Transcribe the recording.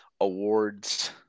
awards –